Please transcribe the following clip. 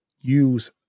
use